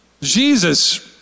Jesus